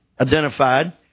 identified